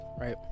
right